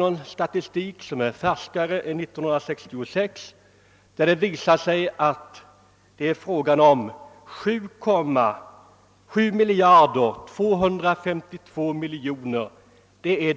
års statistik — några färskare siffror har jag inte — till 7 252 miljoner kronor.